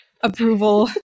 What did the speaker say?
approval